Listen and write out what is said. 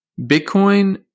Bitcoin